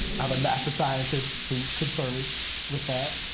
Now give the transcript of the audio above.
have a nasa scientist who confirms with that.